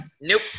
Nope